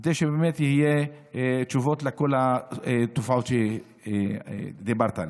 כדי שבאמת יהיו תשובות לכל התופעות שדיברת עליהן.